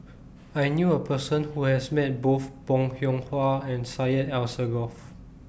I knew A Person Who has Met Both Bong Hiong Hwa and Syed Alsagoff